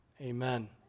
Amen